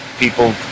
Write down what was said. People